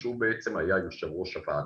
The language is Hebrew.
שהוא בעצם יושב ראש הוועדה.